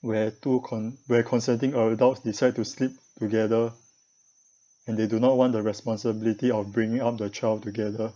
where two con~ where consenting adults decide to sleep together and they do not want the responsibility of bringing up the child together